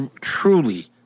truly